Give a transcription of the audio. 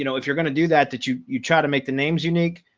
you know if you're going to do that, that you you try to make the names unique.